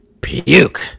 Puke